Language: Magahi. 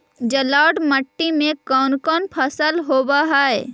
जलोढ़ मट्टी में कोन कोन फसल होब है?